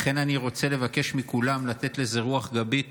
לכן אני רוצה לבקש מכולם לתת לזה רוח גבית